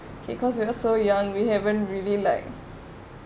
okay cause we are so young we haven't really like